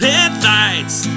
Headlights